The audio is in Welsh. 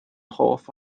hoff